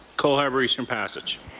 cole harbour eastern passage.